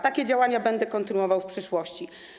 Takie działania będę kontynuował w przyszłości.